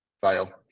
fail